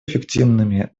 эффективными